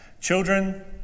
Children